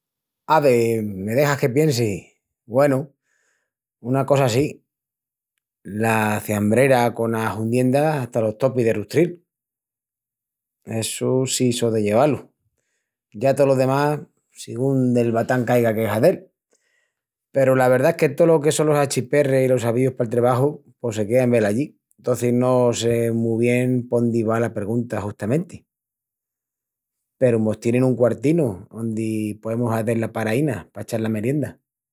Ave, me dexas que piensi.. Güenu, una cosa sí, la ciambrera cona hundienda hata los topis de rustril. Essu sí so de llevá-lu. Ya tolo demás, sigún del batán que aiga que hazel. Peru la verdá es que tolo que son los achiperris i los avíus pal trebaju pos se quean velallí antocis no sé mu bien póndi va la pergunta justamenti. Peru mos tienin un quartinu ondi poemus hazel la paraína pa echal la merienda.